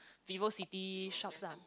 Vivo-City shops lah